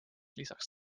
lisaks